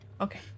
Okay